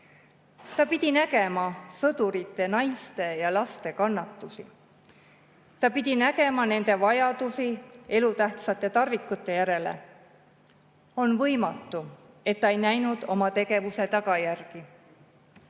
Ta pidi nägema sõdurite, naiste ja laste kannatusi. Ta pidi nägema nende vajadusi elutähtsate tarvikute järele. On võimatu, et ta ei näinud oma tegevuse tagajärgi.